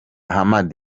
hamad